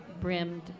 brimmed